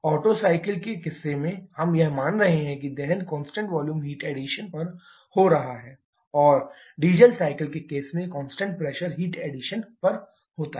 auto cycle के किस्सेमे हम यह मान रहे हैं कि दहन कांस्टेंट वॉल्यूम हीट एडिशन पर हो रहा हूं और डीजल साइकिल के केस में कांस्टेंट प्रेशर हीट एडिशन पर होता है